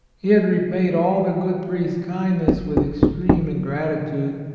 he had repaid all the good priest's kindness with extreme ingratitude,